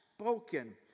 spoken